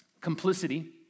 Complicity